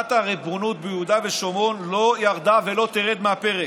החלת הריבונות ביהודה ושומרון לא ירדה ולא תרד מהפרק,